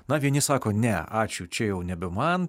na vieni sako ne ačiū čia jau nebe man